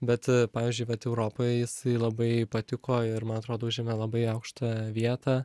bet pavyzdžiui vat europai jis labai patiko ir man atrodo užėmė labai aukštą vietą